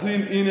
אז הינה,